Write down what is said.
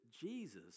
Jesus